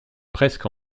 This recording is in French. presque